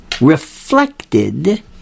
reflected